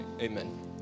Amen